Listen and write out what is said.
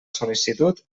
sol·licitud